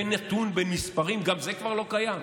בין נתון, בין מספרים, גם זה כבר לא קיים?